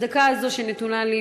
בדקה הזאת שנתונה לי,